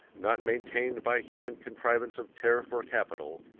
not maintained by human contrivance of tariff or capital,